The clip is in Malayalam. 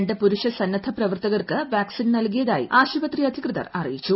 രണ്ട് പുരുഷ സന്നദ്ധപ്രവർത്തകർക്ക് വാക ്സിൻ നൽകിയതായി ആശുപത്രി അധികൃതർ അറിയിച്ചു